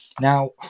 Now